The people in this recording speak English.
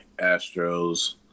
Astros